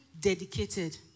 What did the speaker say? dedicated